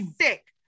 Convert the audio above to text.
sick